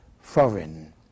foreign